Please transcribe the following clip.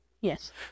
Yes